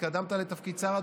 התקדמת לתפקיד שר,